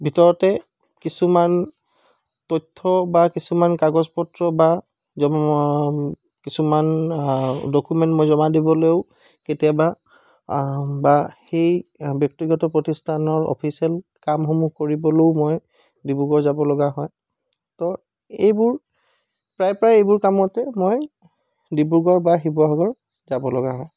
ভিতৰতে কিছুমান তথ্য বা কিছুমান কাগজ পত্ৰ বা কিছুমান ডকুমেন্ট মই জমা দিবলৈও কেতিয়াবা বা সেই ব্যক্তিগত প্ৰতিষ্ঠানৰ অফিচিয়েল কামসমূহ কৰিবলৈও মই ডিব্ৰুগড় যাব লগা হয় তো এইবোৰ প্ৰায় প্ৰায় এইবোৰ কামতে মই ডিব্ৰুগড় বা শিৱসাগৰ যাব লগা হয়